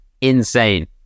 insane